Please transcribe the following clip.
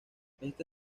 esta